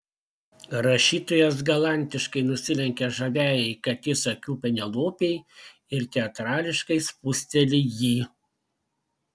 rašytojas galantiškai nusilenkia žaviajai katės akių penelopei ir teatrališkai spusteli jį